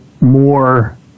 more